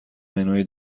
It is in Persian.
منوی